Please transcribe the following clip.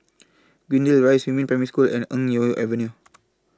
Greendale Rise Yumin Primary School and Eng Neo Avenue